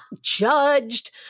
judged